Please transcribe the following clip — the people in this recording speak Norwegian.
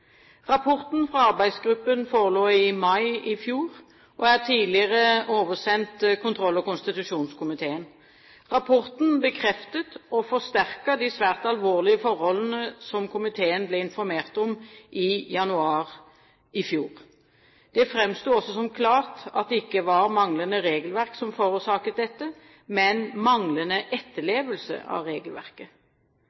Rapporten fra arbeidsgruppen forelå i mai i fjor, og er tidligere oversendt kontroll- og konstitusjonskomiteen. Rapporten bekreftet og forsterket de svært alvorlige forholdene som komiteen ble informert om i januar i fjor. Det framsto også som klart at det ikke var manglende regelverk som forårsaket dette, men manglende